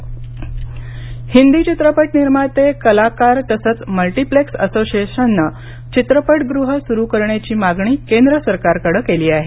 चित्रपटगृह हिंदी चित्रपट निर्माते कलाकार तसंच मल्टीप्लेक्स असोसिएशननं चित्रपटगृहं सुरू करण्याची मागणी केंद्र सरकारकडे केली आहे